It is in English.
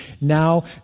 Now